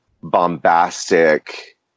bombastic